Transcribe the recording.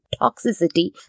toxicity